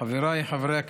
חבריי חברי הכנסת,